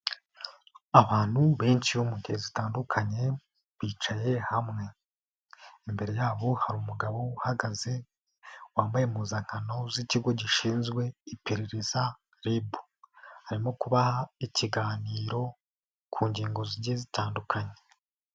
Abantu benshi bo mu gihe zitandukanye bicaye hamwe. Imbere yabo hari umugabo uhagaze wambaye impuzankano z'ikigo gishinzwe iperereza RIB. Arimo kubaha ikiganiro ku ngingo zigiye zitandukanye.